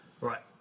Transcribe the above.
Right